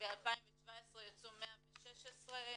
ב-2017 יצאו 116 קצינים,